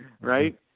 right